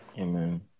Amen